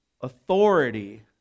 authority